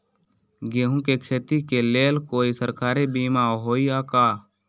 गेंहू के खेती के लेल कोइ सरकारी बीमा होईअ का?